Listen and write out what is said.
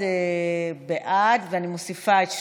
אחד בעד, ואני מוסיפה את שניכם,